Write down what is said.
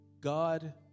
God